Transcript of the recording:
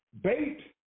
bait